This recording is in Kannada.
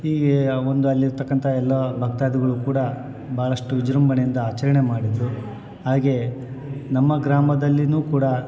ಹೀಗೇ ಆ ಒಂದು ಅಲ್ಲಿ ಇರ್ತಕ್ಕಂಥ ಎಲ್ಲ ಭಕ್ತಾದಿಗಳು ಕೂಡ ಭಾಳಷ್ಟು ವಿಜೃಂಭಣೆಯಿಂದ ಆಚರಣೆ ಮಾಡಿದರು ಹಾಗೆ ನಮ್ಮ ಗ್ರಾಮದಲ್ಲಿ ಕೂಡ